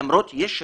למרות שיש שינויים,